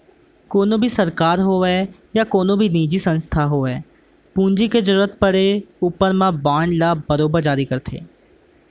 कोनों भी सरकार होवय या कोनो निजी संस्था होवय पूंजी के जरूरत परे ऊपर म बांड ल बरोबर जारी करथे